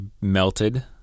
melted